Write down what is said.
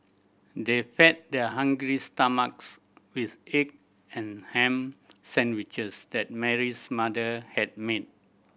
they fed their hungry stomachs with egg and ham sandwiches that Mary's mother had made